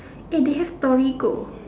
eh they have Torigo